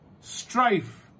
strife